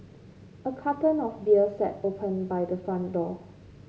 a carton of beer sat open by the front door